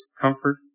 comfort